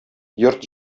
йорт